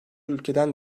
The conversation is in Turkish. ülkeden